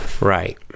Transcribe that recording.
Right